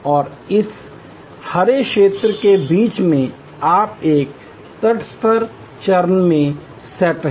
और इस हरे क्षेत्र के बीच में आप एक तटस्थ चरण में सेट हैं